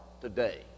today